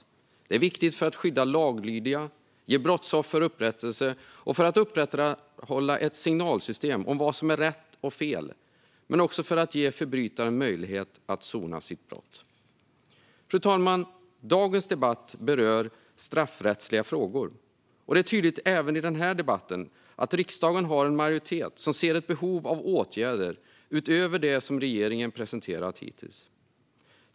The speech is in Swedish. Det är viktigt för att skydda laglydiga, för att ge brottsoffer upprättelse och för att upprätthålla ett signalsystem om vad som är rätt och fel. Men det är också viktigt för att ge förbrytaren möjlighet att sona sitt brott. Fru talman! Denna debatt berör straffrättsliga frågor. Det är tydligt även i den här debatten att riksdagen har en majoritet som ser ett behov av åtgärder utöver det som regeringen har presenterat hittills.